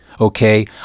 okay